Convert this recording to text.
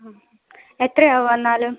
ആ എത്ര ആവും എന്നാലും